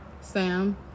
Sam